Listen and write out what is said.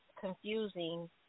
confusing